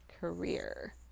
career